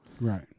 Right